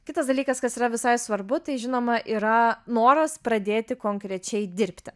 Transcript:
kitas dalykas kas yra visai svarbu tai žinoma yra noras pradėti konkrečiai dirbti